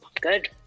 Good